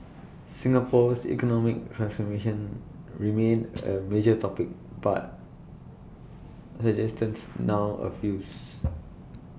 Singapore's economic transformation remained A major topic but suggestions now A focused